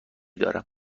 دارم